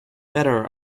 better